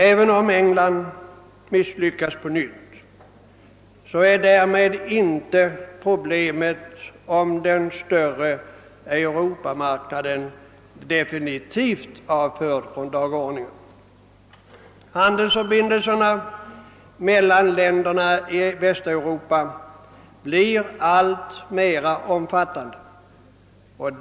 Även om England misslyckas på nytt är problemet om den större Europamarknaden inte därmed avförd från dagordningen. Handelsförbindelserna mellan länderna i Västeuropa blir alltmer omfattande.